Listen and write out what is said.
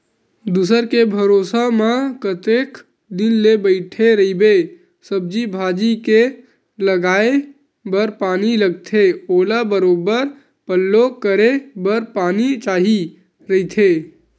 दूसर के भरोसा म कतेक दिन ले बइठे रहिबे, सब्जी भाजी के लगाये बर पानी लगथे ओला बरोबर पल्लो करे बर पानी चाही रहिथे